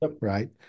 right